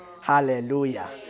Hallelujah